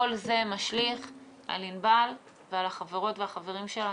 כל זה משליך על ענבל ועל החברות והחברים שלה.